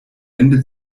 ende